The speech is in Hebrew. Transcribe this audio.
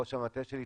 ראש המטה שלי,